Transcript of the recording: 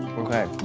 okay,